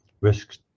risks